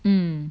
mm